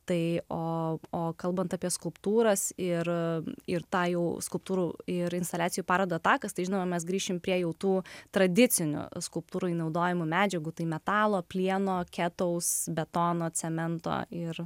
tai o kalbant apie skulptūras ir ir tą jau skulptūrų ir instaliacijų parodą takas tai žinoma mes grįšime prie jau tų tradicinių skulptūrai naudojamų medžiagų tai metalo plieno ketaus betono cemento ir